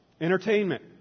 entertainment